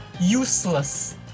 useless